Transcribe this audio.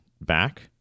back